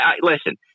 Listen